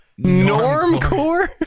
normcore